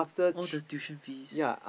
all the tuition fees